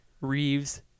Reeves